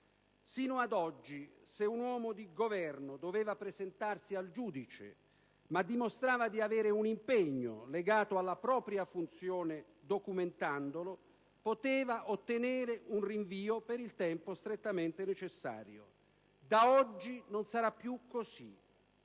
Sino ad oggi, se un uomo di Governo doveva presentarsi al giudice, ma dimostrava di avere un impegno legato alla propria funzione, documentandolo poteva ottenere un rinvio per il tempo strettamente necessario. Da oggi non sarà più così: